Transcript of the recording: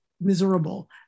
miserable